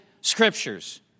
Scriptures